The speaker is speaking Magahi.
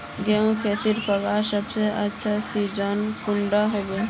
गेहूँर खेती करवार सबसे अच्छा सिजिन कुंडा होबे?